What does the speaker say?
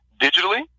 digitally